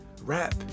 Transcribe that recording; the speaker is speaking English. rap